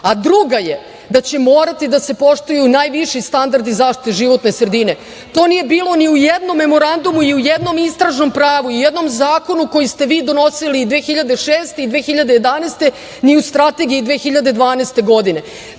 druga je da će morati da se poštuju najviši standardi zaštiti životne sredine. To nije bilo ni u jednom memorandumu, ni u jednom istražnom pravu, ni u jednom zakonu koji ste vi donosili 2006. i 2011. godine, ni u strategiji 2012. godine. Tada